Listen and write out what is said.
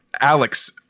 Alex